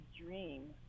dream